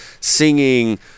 singing